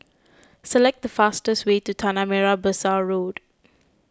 select the fastest way to Tanah Merah Besar Road